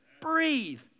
Breathe